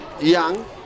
Young